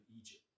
Egypt